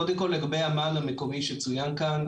קודם כל לגבי המען המקומי שצוין כאן,